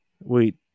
Wait